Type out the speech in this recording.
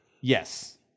Yes